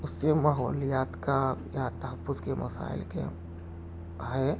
اس سے ماحولیات کا یا تحفظ کے مسائل کے ہیں